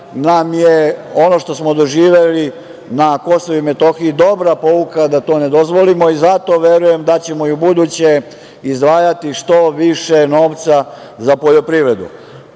nam je ono što smo doživeli na KiM dobra pouka da to ne dozvolimo i zato verujem da ćemo i ubuduće izdvajati što više novca za poljoprivredu. Trenutno